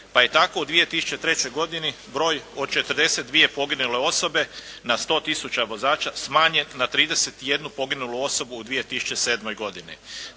pa je tako u 2003. godini broj od 42 poginule osobe na 100 tisuća vozača smanjen na 31 poginulu osobu u 2007. godini.